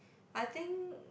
I think